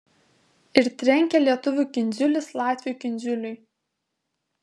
ir trenkia lietuvių kindziulis latvių kindziuliui